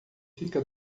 fica